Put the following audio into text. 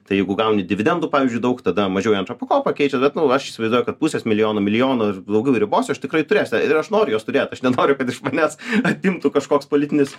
tai jeigu gauni dividendų pavyzdžiui daug tada mažiau į antrą pakopą keičia bet aš įsivaizduoju kad pusės milijono milijono ir blogiau ribose aš tikrai turėsiu ir aš noriu juos turėt aš nenoriu kad iš manęs atimtų kažkoks politinis